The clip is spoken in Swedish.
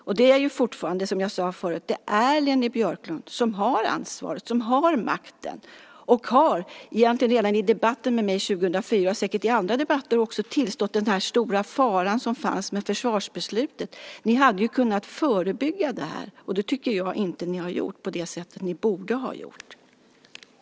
Och det är fortfarande, som jag sade förut, Leni Björklund som har ansvaret, makten och egentligen redan i debatten med mig 2004 och säkert också i andra debatter har tillstått den stora faran som fanns med försvarsbeslutet. Ni hade ju kunnat förebygga det här, och det tycker jag inte att ni har gjort på det sätt ni borde ha gjort.